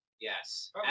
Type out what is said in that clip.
yes